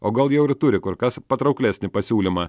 o gal jau ir turi kur kas patrauklesnį pasiūlymą